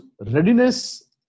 readiness